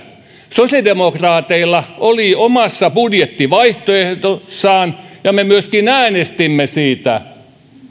sosiaalidemokraateilla oli omassa budjettivaihtoehdossaan ja me myöskin äänestimme siitä